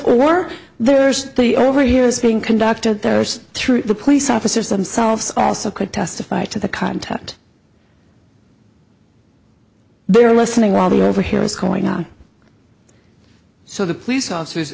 or there's the over here is being conducted there's through the police officers themselves also could testify to the content they're listening while the over here is going on so the police officers